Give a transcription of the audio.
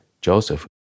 Joseph